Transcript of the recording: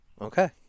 Okay